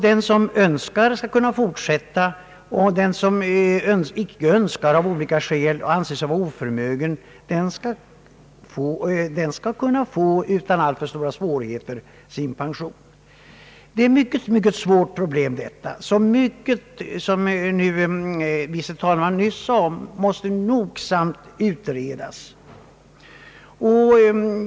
Den som så önskar skall kunna fortsätta att arbeta så länge han orkar, och den som av olika skäl icke önskar eller anser sig vara oförmögen att fortsätta skall utan alltför stora svårigheter kunna få sin pension. Detta är ett mycket svårt problem som — såsom herr förste vice talmannen nyss påpekade — måste nogsamt utredas.